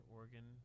organ